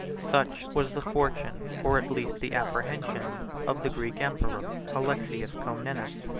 such was the fortune, or at least the apprehension of the greek emperor alexius comnenus,